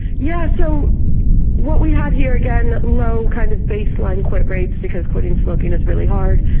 yeah so what we had here, again, low kind of baseline quit rates because quitting smoking is really hard.